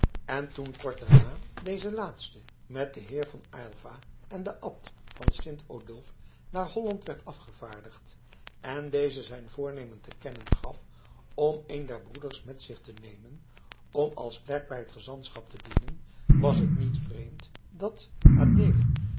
en toen kort daarna deze laatste met den heer van aylva en den abt van sint odulf naar holland werd afgevaardigd en deze zijn voornemen te kennen gaf om een der broeders met zich te nemen om als klerk bij het gezantschap te dienen was het niet vreemd dat